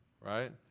Right